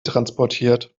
transportiert